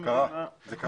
קרה, זה קרה.